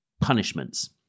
punishments